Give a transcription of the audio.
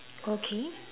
okay